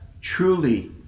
Truly